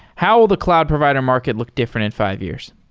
how will the cloud provider market look different in fi ve years?